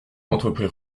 entreprit